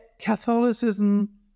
Catholicism